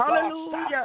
Hallelujah